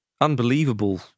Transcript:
unbelievable